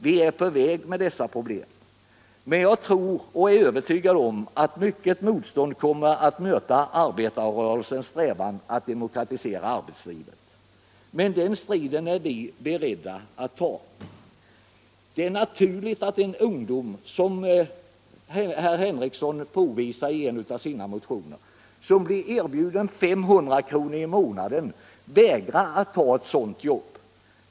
Vi är på väg att lösa dessa problem. Men jag är övertygad om att mycket motstånd kommer att möta arbetarrörelsens strävan att demokratisera arbetslivet. Men den striden är vi emellertid beredda att ta. Det är naturligt att den ungdom — som herr Henrikson påvisar i en av sina motioner — som blir erbjuden 500 kr. i månaden vägrar att ta ett sådant jobb.